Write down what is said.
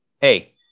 hey